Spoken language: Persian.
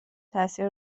تأثیر